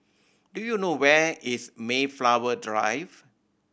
do you know where is Mayflower Drive